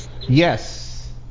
yes